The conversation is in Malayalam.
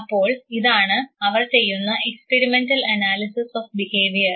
അപ്പോൾ ഇതാണ് അവർ ചെയ്യുന്ന എക്സ്പിരിമെൻറൽ അനാലിസിസ് ഓഫ് ബിഹേവിയർ